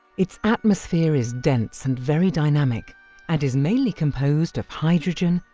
its atmosphere is dense and very dynamic and is mainly composed of hydrogen,